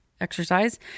exercise